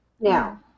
Now